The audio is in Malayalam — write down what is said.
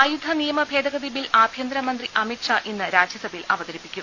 ആയുധ നിയമഭേദഗതി ബിൽ ആഭ്യന്തരമന്ത്രി അമിത്ഷാ ഇന്ന് രാജ്യസഭയിൽ അവതരിപ്പിക്കും